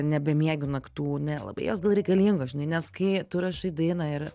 ne bemiegių naktų nelabai jos gal reikalingas žinai nes kai tu rašai dainą ir